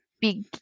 big